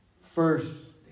first